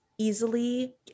easily